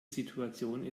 situation